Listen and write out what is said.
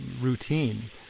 routine